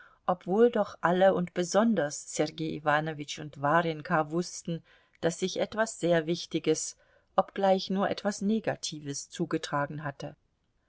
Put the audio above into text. obwohl doch alle und besonders sergei iwanowitsch und warjenka wußten daß sich etwas sehr wichtiges obgleich nur etwas negatives zugetragen hatte